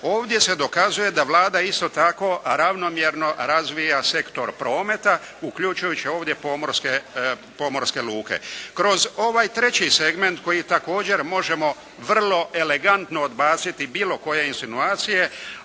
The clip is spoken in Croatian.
ovdje se dokazuje da Vlada isto tako ravnomjerno razvija sektor prometa uključujući ovdje pomorske luke. Kroz ovaj treći segment koji također možemo vrlo elegantno odbaciti bilo koje insinuacije,